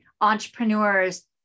entrepreneurs